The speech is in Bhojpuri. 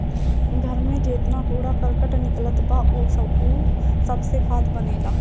घर में जेतना कूड़ा करकट निकलत बा उ सबसे खाद बनेला